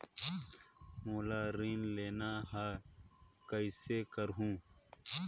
मोला ऋण लेना ह, कइसे करहुँ?